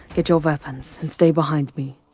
get your weapons and stay behind me.